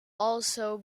also